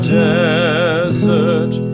desert